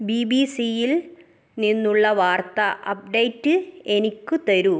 B B സിയിൽ നിന്നുള്ള വാർത്ത അപ്ഡേറ്റ് എനിക്ക് തരൂ